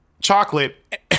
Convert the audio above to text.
chocolate